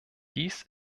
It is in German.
dies